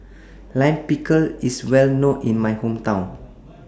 Lime Pickle IS Well known in My Hometown